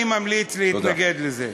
אני ממליץ להתנגד לזה.